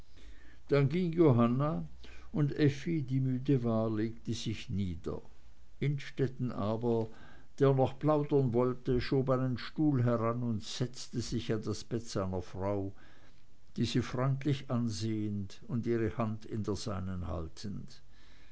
dann ging johanna und effi die müde war legte sich nieder innstetten aber der noch plaudern wollte schob einen stuhl heran und setzte sich an das bett seiner frau diese freundlich ansehend und ihre hand in der seinen haltend